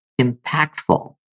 impactful